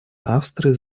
австрии